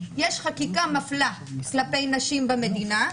יש חקיקה מפלה כלפי נשים במדינה,